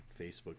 Facebook